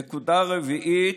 נקודה רביעית,